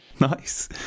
Nice